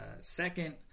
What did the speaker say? Second